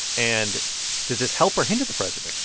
and does this help or hinder the president?